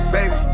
Baby